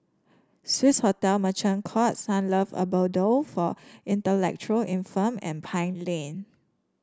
Swissotel Merchant Court Sunlove Abode for Intellectual Infirmed and Pine Lane